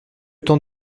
temps